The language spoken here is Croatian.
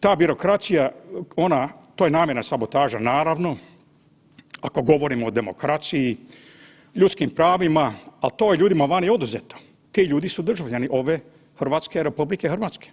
Ta birokracija ona, to je namjerna sabotaža naravno, ako govorimo o demokraciji, ljudskim pravima, ali to je ljudima vani oduzeto, ti ljudi su državljani ove Hrvatske, RH.